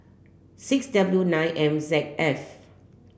six W nine M Z F